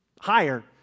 higher